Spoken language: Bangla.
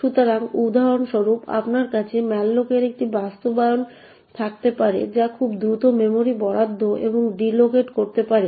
সুতরাং উদাহরণস্বরূপ আপনার কাছে malloc এর একটি বাস্তবায়ন থাকতে পারে যা খুব দ্রুত মেমরি বরাদ্দ এবং ডিললোকেট করতে পারে